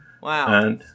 Wow